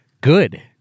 Good